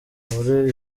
muri